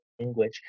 language